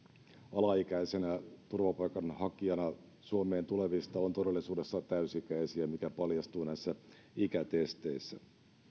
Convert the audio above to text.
alaikäisenä turvapaikanhakijana suomeen tulevista on todellisuudessa täysi ikäisiä mikä paljastuu näissä ikätesteissä